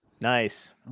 Nice